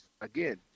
again